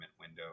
window